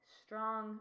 strong